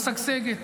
משגשגת,